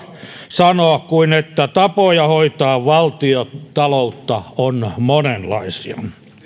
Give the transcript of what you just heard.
sanoa kuin että tapoja hoitaa valtiontaloutta on monenlaisia